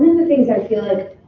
the things i feel like